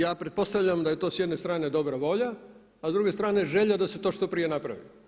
Ja pretpostavljam da je to s jedne strane dobra volja, a s druge strane želja da se to što prije napravi.